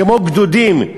כמו גדודים,